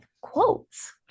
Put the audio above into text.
quotes